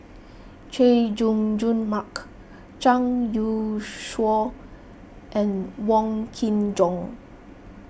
Chay Jung Jun Mark Zhang Youshuo and Wong Kin Jong